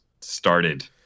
started